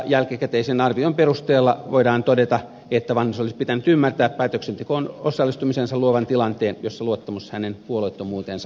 jälkikäteisen arvion perusteella voidaan todeta että vanhasen olisi pitänyt ymmärtää päätöksentekoon osallistumisensa luovan tilanteen jossa luottamus hänen puolueettomuuteensa vaarantuu